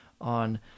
on